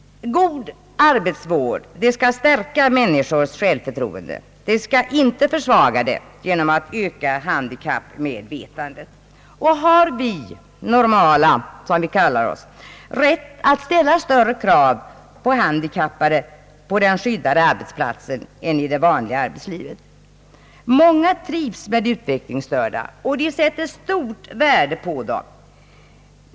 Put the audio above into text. God arbetsvård skall stärka människors självförtroende, skall inte försvaga det genom att öka handikappmedvetandei. Har vi normala — som vi kallar oss — rätt att ställa större krav på handikappade på den skyddade arbetsplatsen än i det vanliga arbetslivet? Många trivs med utvecklingsstörda och sätter stort värde på dem.